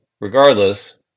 regardless